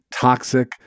toxic